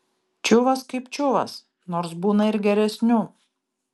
čiuvas kaip čiuvas nors būna ir geresnių